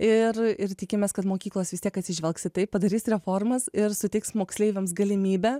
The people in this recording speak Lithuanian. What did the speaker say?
ir ir tikimės kad mokyklos vis tiek atsižvelgs į tai padarys reformas ir suteiks moksleiviams galimybę